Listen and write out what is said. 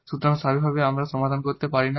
সুতরাং স্বাভাবিকভাবেই আমরা সমাধান করতে পারি না